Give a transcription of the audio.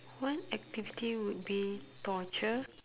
one activity would be torture